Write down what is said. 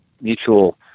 mutual